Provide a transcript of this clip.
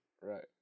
Right